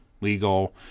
legal